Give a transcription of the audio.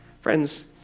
Friends